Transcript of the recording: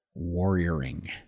warrioring